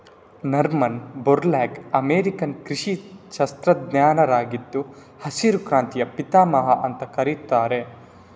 Norman Borlaug American ಕೃಷಿ ಶಾಸ್ತ್ರಜ್ಞರಾಗಿದ್ದು ಹಸಿರು ಕ್ರಾಂತಿಯ ಪಿತಾಮಹ ಅಂತ ಕರೀತಾರೆ